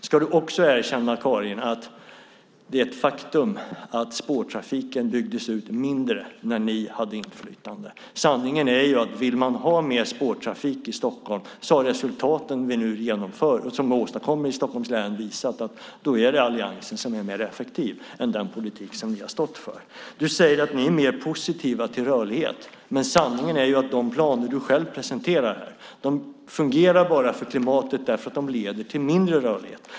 Ska du också erkänna, Karin, att det är ett faktum att spårtrafiken byggdes ut mindre när ni hade inflytande? Sanningen är den att om man vill ha mer spårtrafik i Stockholm har resultaten av det som vi åstadkommit i Stockholms län visat att alliansens politik är mer effektiv än den politik som ni har stått för. Du säger att ni är mer positiva till rörlighet, Karin Svensson Smith, men de planer som du själv presenterar är positiva för klimatet bara för att de leder till mindre rörlighet.